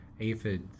aphids